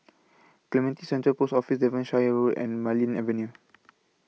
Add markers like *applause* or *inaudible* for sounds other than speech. Clementi Central Post Office Devonshire Road and Marlene Avenue *noise*